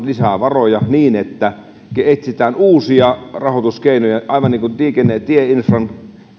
lisää varoja niin että etsitään uusia rahoituskeinoja aivan niin kuin tieinfran